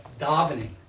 davening